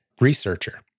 researcher